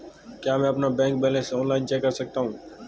क्या मैं अपना बैंक बैलेंस ऑनलाइन चेक कर सकता हूँ?